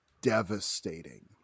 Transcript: devastating